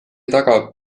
tagab